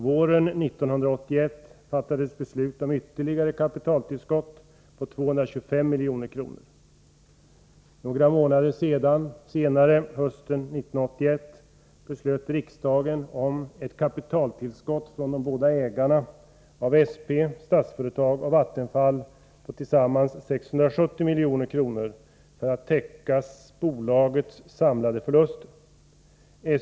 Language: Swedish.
Våren 1981 fattades beslut om ett ytterligare kapitaltillskott med 225 milj.kr. Några månader senare, hösten 1981, fattade riksdagen beslut om ett kapitaltillskott från de båda ägarna av SP, Statsföretag och Vattenfall, på tillsammans 670 milj.kr. för att täcka bolagets samlade förluster.